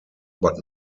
but